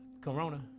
corona